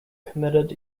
committed